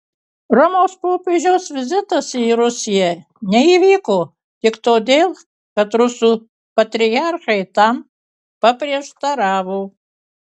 romos popiežiaus vizitas į rusiją neįvyko tik todėl kad rusų patriarchai tam paprieštaravo